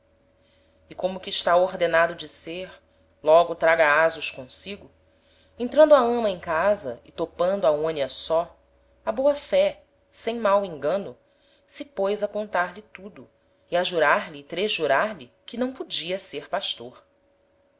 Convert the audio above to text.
e como o que está ordenado de ser logo traga asos consigo entrando a ama em casa e topando aonia só á boa-fé sem mau engano se pôs a contar-lhe tudo e a jurar lhe e tresjurar lhe que não podia ser pastor